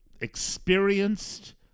experienced